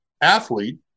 athlete